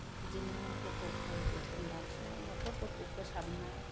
बिदिनो गथ' गथाय जोथोन लाखिनाय न'खरफोरखौ फोसाबनाय